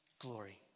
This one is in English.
glory